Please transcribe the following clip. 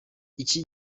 iki